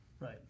Right